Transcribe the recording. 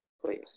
please